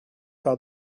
par